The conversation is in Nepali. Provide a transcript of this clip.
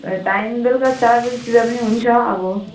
ए टाइम बेलुका चार बजीतिर पनि हुन्छ अब